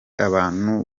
abantu